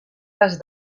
les